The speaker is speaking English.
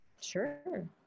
Sure